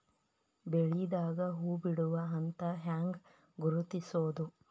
ಬೆಳಿದಾಗ ಹೂ ಬಿಡುವ ಹಂತ ಹ್ಯಾಂಗ್ ಗುರುತಿಸೋದು?